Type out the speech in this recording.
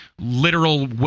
literal